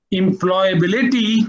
employability